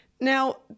Now